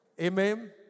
Amen